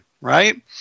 right